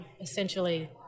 essentially